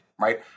right